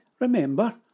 remember